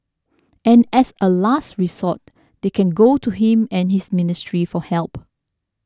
and as a last rethought they can go to him and his ministry for help